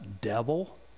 devil